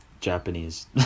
japanese